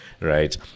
right